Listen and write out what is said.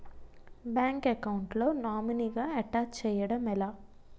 Bank account లో నామినీగా attach చేయడం ఎలా?